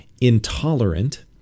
intolerant